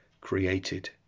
created